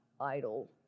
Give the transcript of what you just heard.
idle